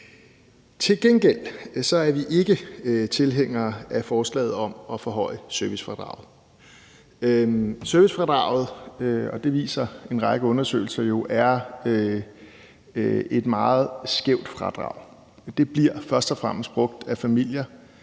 Til gengæld er vi ikke tilhængere af forslaget om at forhøje servicefradraget. Servicefradraget – det viser en række undersøgelser jo – er et meget skævt fradrag. Det bliver først og fremmest brugt af familier